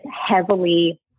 heavily